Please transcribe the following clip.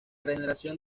regeneración